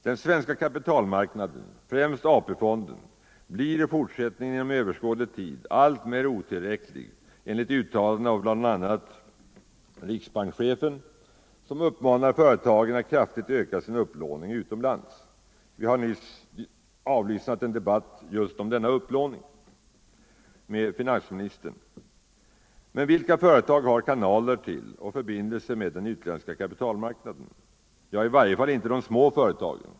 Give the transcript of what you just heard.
Den svenska kapitalmarknaden, främst AP-fonden, blir i fortsättningen inom överskådlig tid alltmer otillräcklig enligt uttalanden av bl.a. riksbankschefen, som uppmanar företagen att kraftigt öka sin upplåning utomlands. Vi har nyss lyssnat till en debatt om denna upplåning. Men vilka företag har kanaler till och förbindelser med den utländska kapitalmarknaden? Ja, i varje fall inte de små företagen.